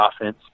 offense